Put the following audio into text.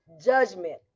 judgment